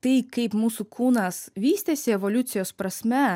tai kaip mūsų kūnas vystėsi evoliucijos prasme